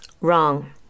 Wrong